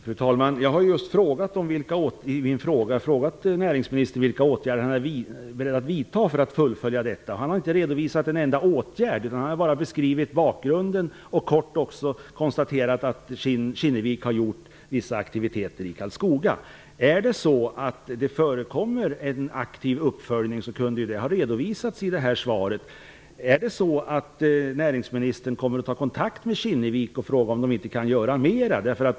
Fru talman! I min fråga undrade jag vilka åtgärder näringsministern är beredd att vidta för att fullfölja detta. Han har inte redovisat en enda åtgärd. Han har bara beskrivit bakgrunden och kort konstaterat att Kinnevik haft vissa aktiviteter i Karlskoga. Om det förekommer en aktiv uppföljning kunde det ha redovisats i svaret. Kinnevik och fråga om de inte kan göra mera?